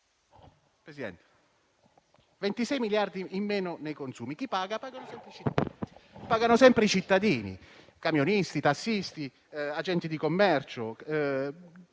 Ci saranno 26 miliardi in meno nei consumi. Chi paga? Pagano sempre i cittadini: camionisti, tassisti, agenti di commercio,